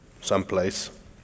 someplace